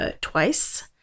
twice